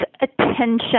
attention